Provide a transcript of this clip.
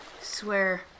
Swear